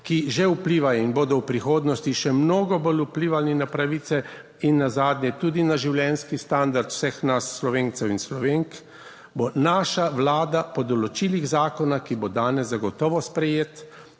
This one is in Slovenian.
ki že vplivajo in bodo v prihodnosti še mnogo bolj vplivali na pravice in nazadnje tudi na življenjski standard vseh nas, Slovencev in Slovenk. Bo naša vlada po določilih zakona, ki bo danes zagotovo sprejet,